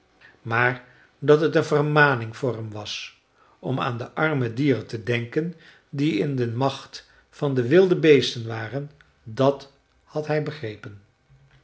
maar dat het een vermaning voor hem was om aan de arme dieren te denken die in de macht van de wilde beesten waren dàt had hij begrepen